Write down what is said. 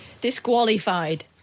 Disqualified